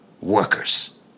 workers